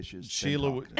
Sheila